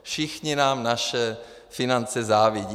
Všichni nám naše finance závidí.